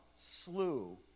slew